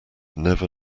never